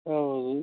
ಹೌದು